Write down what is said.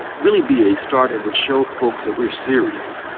really be a start and would show folks that we're serious.